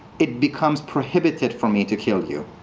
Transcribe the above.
it becomes prohibitive for me to kill you.